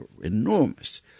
enormous